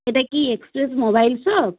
এটা কি express mobile shop